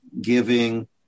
giving